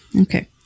Okay